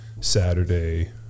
Saturday